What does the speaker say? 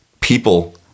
people